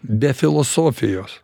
be filosofijos